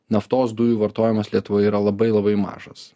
naftos dujų vartojimas lietuvoje yra labai labai mažas